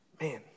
Man